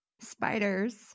spiders